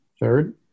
third